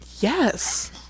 Yes